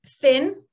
thin